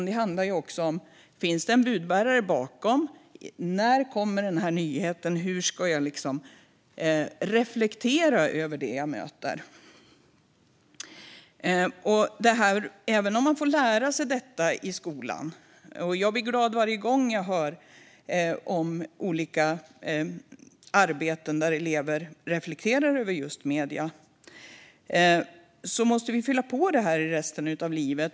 Det handlar också om huruvida det finns en budbärare bakom, när nyheten kommer och hur man ska reflektera över det som man möter. Även om man får lära sig detta i skolan - jag blir glad varje gång jag får höra om olika arbeten där elever reflekterar över just medier - måste man fylla på detta under resten av livet.